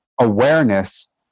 awareness